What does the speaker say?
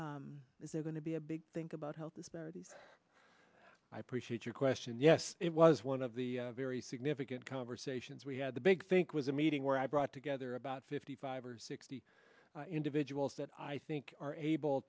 not is there going to be a big think about health disparities i appreciate your question yes it was one of the very significant conversations we had the big think was a meeting where i brought together about fifty five or sixty individuals that i think are able